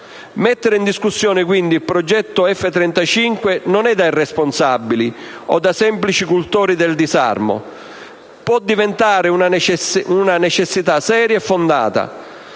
Mettere in discussione quindi il F-35 non è da irresponsabili o da semplici cultori del disarmo; può diventare una necessità seria e fondata.